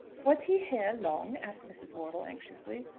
was he here long? asked mrs. wortle anxiously.